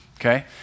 okay